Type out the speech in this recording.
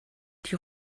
die